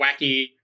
wacky